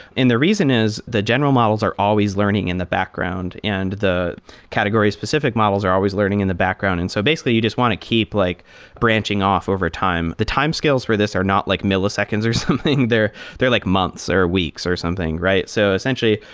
the reason is the general models are always learning in the background, and the category specific models are always learning in the background. and so basically, you just want to keep like branching off over time. the timescales for these are not like milliseconds or something. they're they're like months, or weeks, or something, right? so essentially,